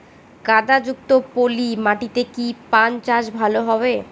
কাদা যুক্ত পলি মাটিতে কি পান চাষ ভালো হবে?